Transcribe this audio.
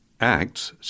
Acts